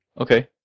Okay